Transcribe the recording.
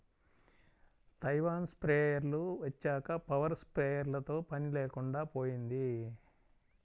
Taiwan స్ప్రేయర్లు వచ్చాక power స్ప్రేయర్లతో పని లేకుండా పోయింది